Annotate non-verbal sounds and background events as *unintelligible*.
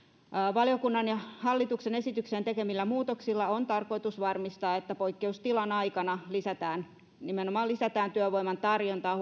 valiokunnan ja hallituksen esitykseen tekemillä muutoksilla on tarkoitus varmistaa että poikkeustilan aikana nimenomaan lisätään työvoiman tarjontaa *unintelligible*